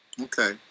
Okay